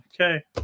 okay